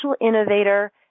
innovator